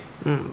mm bye